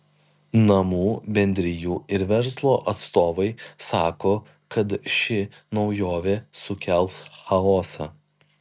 namų bendrijų ir verslo atstovai sako kad ši naujovė sukels chaosą